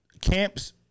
camps